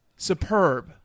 superb